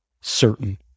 certain